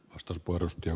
arvoisa puhemies